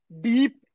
deep